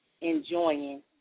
enjoying